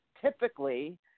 Typically